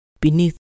beneath